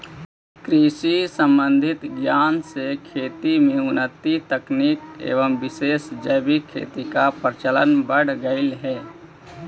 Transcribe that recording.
कृषि संबंधित ज्ञान से खेती में उन्नत तकनीक एवं विशेष जैविक खेती का प्रचलन बढ़ गेलई हे